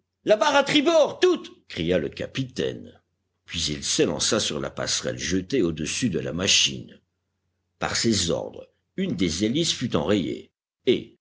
la barre à tribord toute cria le capitaine puis il s'élança sur la passerelle jetée au-dessus de la machine par ses ordres une des hélices fut enrayée et